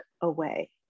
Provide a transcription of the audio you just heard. away